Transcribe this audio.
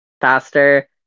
faster